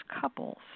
couples